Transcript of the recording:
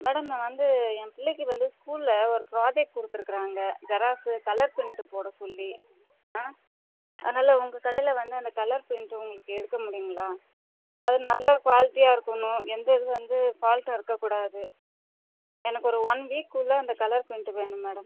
madam நான் வந்து என் பிள்ளைக்கி வந்து ஸ்கூலில் ஒரு ப்ராஜெக்ட் கொடுத்துருக்குறாங்க ஜெராக்ஸ் கலர் ப்ரிண்ட் போட சொல்லி அ அதனால உங்கள் கடையில் வந்து அந்த கலர் பிரிண்ட் எடுக்க முடியுங்களா அது நல்ல குவாலிட்டியாக இருக்கனும் எந்தவித வந்து ஃபால்டும் இருக்கக்கூடாது எனக்கு ஒரு ஒன் வீக் உள்ளே அந்த கலர் பிரிண்ட் வேணும் மேடம்